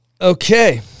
Okay